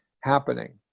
happening